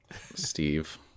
Steve